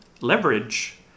leverage